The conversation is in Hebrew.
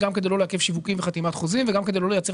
גם כדי לא לעכב שיווקים וחתימת חוזים וגם כדי לא